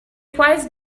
requires